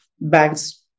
banks